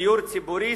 דיור ציבורי,